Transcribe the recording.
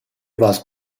was